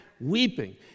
weeping